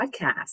podcast